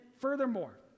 furthermore